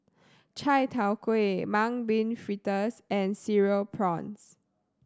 Chai Tow Kuay Mung Bean Fritters and Cereal Prawns